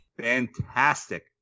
Fantastic